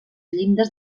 llindes